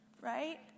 Right